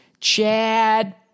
Chad